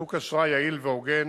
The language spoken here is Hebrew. שוק אשראי יעיל והוגן,